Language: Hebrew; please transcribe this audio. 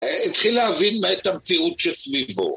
התחיל להבין את המציאות שסביבו.